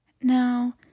now